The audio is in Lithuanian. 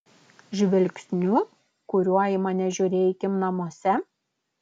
žvilgsniu kuriuo į mane žiūrėjai kim namuose